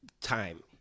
time